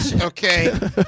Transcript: Okay